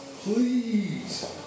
Please